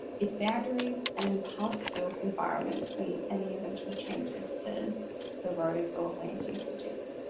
its boundaries and past built environments and any eventual changes to the roads or land usages.